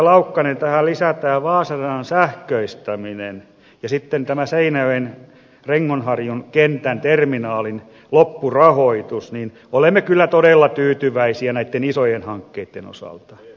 laukkanen kun tähän lisätään vaasan radan sähköistäminen ja tämä seinäjoen rengonharjun kentän terminaalin loppurahoitus niin olemme kyllä todella tyytyväisiä näitten isojen hankkeitten osalta